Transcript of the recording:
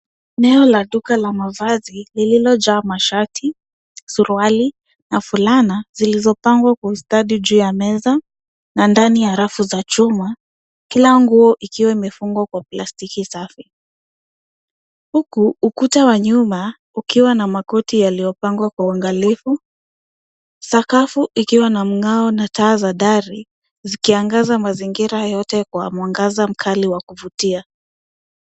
Eneo la duka la mavazi lililojaa mashati, suruali na fulana zilizopangwa kwa ustadi juu ya mezana ndani ya rafu za chuma kila nguo ikiwa imefungwa kwa plastiki safi huku ukuta wa nyuma ukiwa na makoti yaliyopangwa kwa uangalifu. Sakafu ikiwa na mngao na taa za dari zikiangaza mazingira yote kwa mwangaza mkali wa kuvutia.